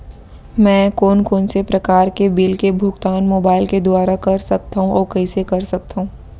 मैं कोन कोन से प्रकार के बिल के भुगतान मोबाईल के दुवारा कर सकथव अऊ कइसे कर सकथव?